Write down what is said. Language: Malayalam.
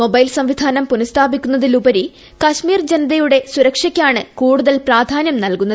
മൊബൈൽ സംവിധാനമ്പ്പ്പുനഃസ്ഥാപിക്കുന്നതിലുപരി കശ്മീർ ജനതയുടെ സുരക്ഷയിക്ക്ടാണ് കൂടുതൽ പ്രാധാനൃം നൽകുന്നത്